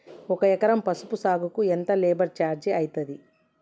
ఒక ఎకరం పసుపు సాగుకు ఎంత లేబర్ ఛార్జ్ అయితది?